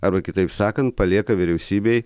arba kitaip sakant palieka vyriausybei